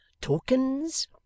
tokens